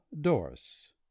Doris